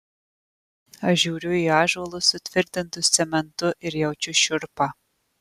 aš žiūriu į ąžuolus sutvirtintus cementu ir jaučiu šiurpą